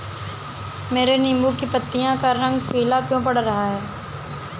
मेरे नींबू की पत्तियों का रंग पीला क्यो पड़ रहा है?